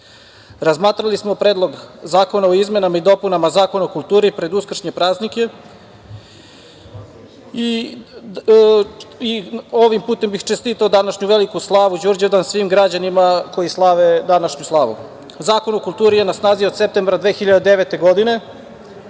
11.Razmatrali smo Predlog zakona o izmenama i dopunama Zakona o kulturu pred uskršnje praznike i ovim putem bih čestitao današnju veliku slavu Đurđevdan svim građanima koji slave današnju slavu. Zakon o kulturi je na snazi od septembra 2009. godine,